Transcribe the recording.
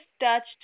touched